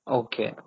okay